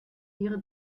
ihre